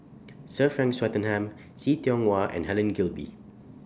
Sir Frank Swettenham See Tiong Wah and Helen Gilbey